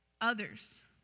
others